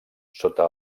sota